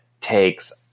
takes